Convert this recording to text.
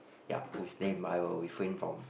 ya whose name I will refrain from